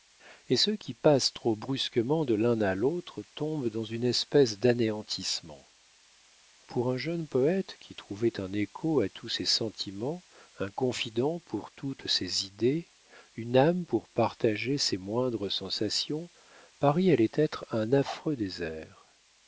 et ceux qui passent trop brusquement de l'un à l'autre tombent dans une espèce d'anéantissement pour un jeune poète qui trouvait un écho à tous ses sentiments un confident pour toutes ses idées une âme pour partager ses moindres sensations paris allait être un affreux désert